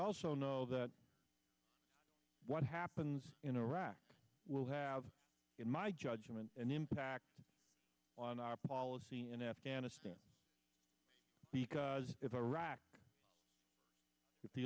also know that what happens in iraq will have in my judgment an impact on our policy in afghanistan because if iraq